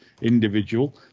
individual